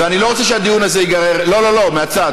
ואני לא רוצה שהדיון הזה ייגרר, לא לא לא, מהצד.